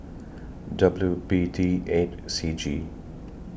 W B D eight C G